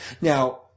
Now